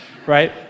right